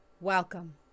Welcome